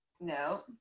No